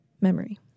memory